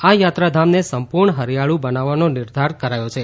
આ યાત્રાધામને સંપૂર્ણ હરિયાળું બનાવવાનો નિર્ધાર કર્યા છે